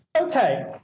Okay